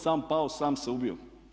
Sam pao, sam se ubio.